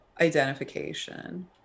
identification